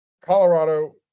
Colorado